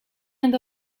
end